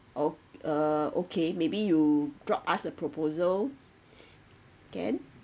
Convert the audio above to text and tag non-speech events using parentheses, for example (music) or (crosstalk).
o~ uh okay maybe you drop us a proposal (breath) can